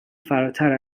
فراتر